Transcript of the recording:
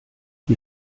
die